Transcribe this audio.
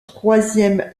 troisième